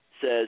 says